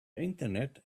internet